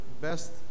best